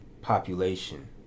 population